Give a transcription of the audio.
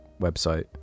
website